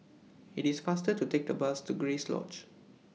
IT IS faster to Take The Bus to Grace Lodge